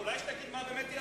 אולי שתגיד מה היא באמת עשתה.